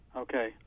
Okay